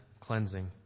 cleansing